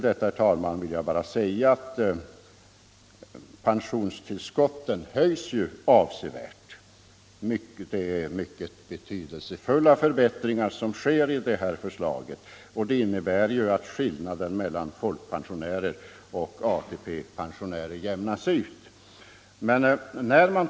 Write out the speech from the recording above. Där vill jag bara säga att pensionstillskotten ju höjs avsevärt. Förbättringarna i förslaget är mycket betydelsefulla. Och det innebär att skillnaden mellan folkpensionärer och ATP-pensionärer jämnas ut.